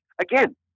Again